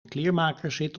kleermakerszit